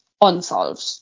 unsolved